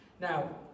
Now